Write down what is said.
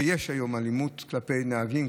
ויש היום אלימות כלפי נהגים,